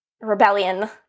rebellion